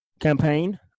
campaign